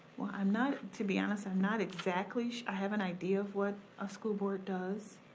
well i'm not, to be honest, i'm not exactly, i have an idea of what a school board does.